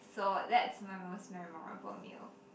so that's my most memorable meal